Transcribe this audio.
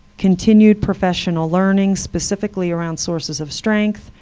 continued professional learning, specifically around sources of strength,